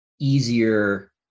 easier